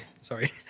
Sorry